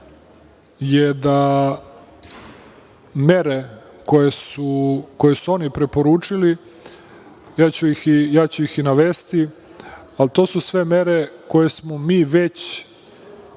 je da mere koje su oni preporučili, a ja ću ih i navesti, su sve mere koje smo mi već